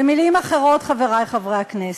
במילים אחרות, חברי חברי הכנסת,